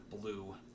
Blue